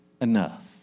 enough